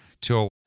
till